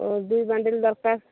ଦୁଇ ବଣ୍ଡଲ୍ ଦରକାର